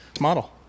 model